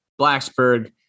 Blacksburg